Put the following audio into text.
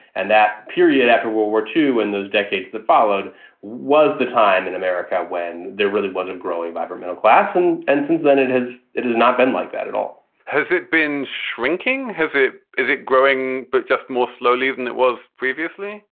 and that period after world war two, when those decades that followed was the time in america when there really wasn't growing vibrant middle class. and and since then, it has it has not been like that at all has it been shrinking? has it is it growing but just more slowly than it was previously?